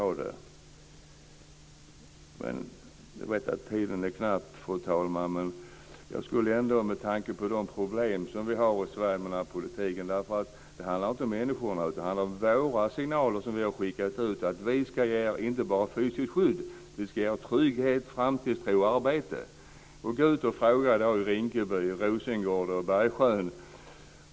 Jag vet att tiden är knapp, men med tanke på de problem som vi har i Sverige med den här politiken skulle jag vilja säga att det inte handlar om människorna utan om de signaler som vi har skickat ut om att vi inte bara ska ge dem fysiskt skydd utan också trygghet, framtidstro och arbete. Gå ut och fråga människorna i Rinkeby, Rosengård och Bergsjön!